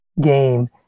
game